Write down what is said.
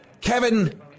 kevin